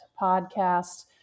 podcast